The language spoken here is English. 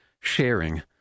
sharing